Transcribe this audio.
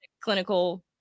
clinical